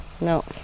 no